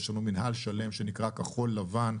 יש לנו מינהל שלם שנקרא "כחול לבן".